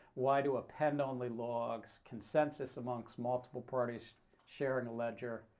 why do append-only logs consensus amongst multiple parties sharing a ledger,